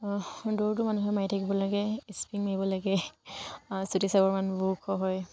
দৌৰটো মানুহে মাৰি থাকিব লাগে ইস্পিং মাৰিব লাগে চুটি চাবৰ মানুহবোৰ ওখ হয়